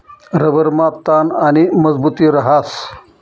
रबरमा ताण आणि मजबुती रहास